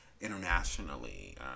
internationally